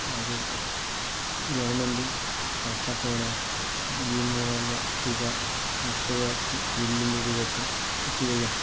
അത് ഗവൺമെൻറ് അടക്കാത്തതിനാൽ ഭീമമായ തുക കർഷകർക്ക് ബില്ലിൻ്റെ രൂപത്തിൽ എത്തുകയും